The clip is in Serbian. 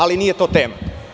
Ali nije to tema.